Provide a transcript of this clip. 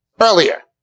earlier